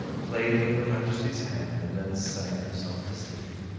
played with her majesty's hand, and then sang herself to sleep.